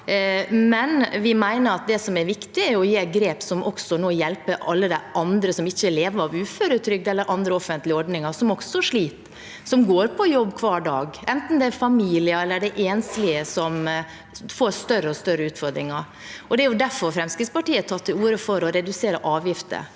Vi mener at det som er viktig, er å gjøre grep som hjelper alle de andre som ikke lever av uføretrygd eller andre offentlige ordninger, som også sliter, som går på jobb hver dag – enten det er familier eller enslige som får større og større utfordringer. Det er derfor Fremskrittspartiet har tatt til orde for å redusere avgifter,